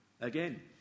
Again